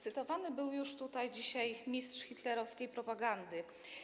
Cytowany był już tutaj dzisiaj mistrz hitlerowskiej propagandy.